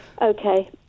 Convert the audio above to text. Okay